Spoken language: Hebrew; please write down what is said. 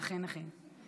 אכן, אכן.